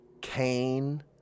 Cain